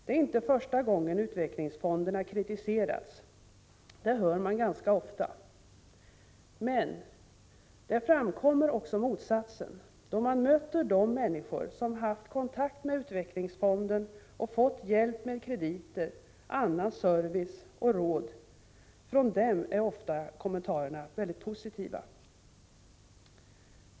Det är inte första gången U-fonderna kritiserats — det hör man ganska ofta. Men — motsatsen framkommer också. Då man möter de människor som haft kontakt med U-fonden och fått hjälp med krediter, annan service eller råd gör de ofta positiva kommentarer.